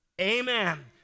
Amen